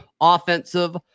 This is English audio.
offensive